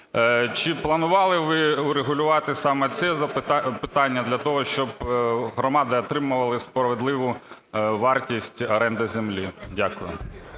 Чи планували ви врегулювати саме це питання для того, щоб громади отримували справедливу вартість оренди землі? Дякую.